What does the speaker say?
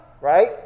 right